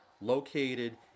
located